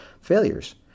Failures